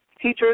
Teachers